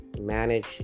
manage